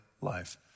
life